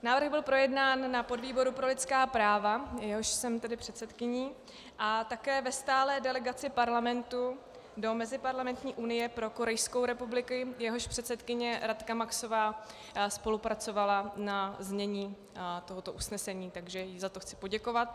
Návrh byl projednán na podvýboru pro lidská práva, jehož jsem předsedkyní, a také ve Stálé delegaci Parlamentu do Meziparlamentní unie pro Korejskou republiku, jehož předsedkyně Radka Maxová spolupracovala na znění tohoto usnesení, takže jí za to chci poděkovat.